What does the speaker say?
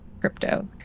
crypto